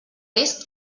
prest